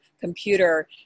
computer